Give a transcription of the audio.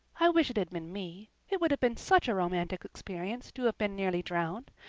i wish it had been me. it would have been such a romantic experience to have been nearly drowned.